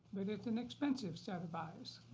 but it's an expensive set of of eyes.